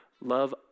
love